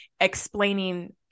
explaining